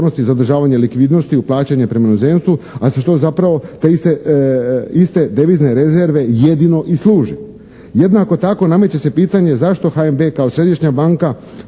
HNB kao središnja banka